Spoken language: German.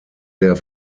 der